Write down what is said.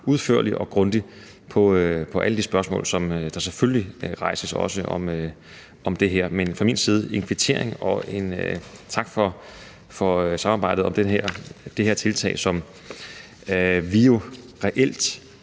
udførligt og grundigt på alle de spørgsmål, som der selvfølgelig rejses om det her. Men fra min side skal der lyde en kvittering og en tak for samarbejdet om det her tiltag, som vi jo reelt